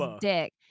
dick